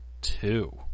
two